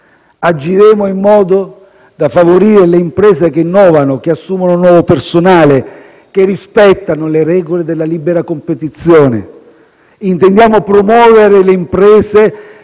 Agiremo in modo da favorire le imprese che innovano, che assumono nuovo personale, che rispettano le regole della libera competizione. Intendiamo promuovere le imprese